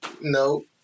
No